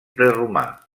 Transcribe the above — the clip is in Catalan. preromà